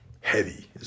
heavy